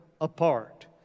apart